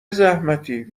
زحمتی